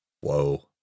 Whoa